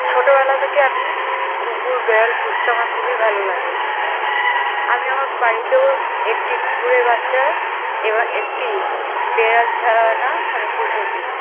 ছোটবেলা থেকে আমি কুকুর বেড়াল পুষতে আমার খুবই ভালো লাগে আমি আমার বাড়িতেও একটি কুকুরের বাচ্চা এবং একটি বেড়াল ছানা আমি পুষেছি